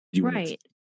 right